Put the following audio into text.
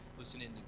listening